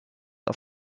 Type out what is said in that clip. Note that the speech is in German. auf